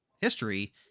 history